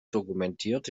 dokumentiert